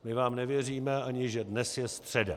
My vám nevěříme, ani že dnes je středa.